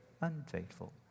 unfaithful